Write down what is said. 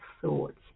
thoughts